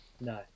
No